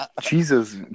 Jesus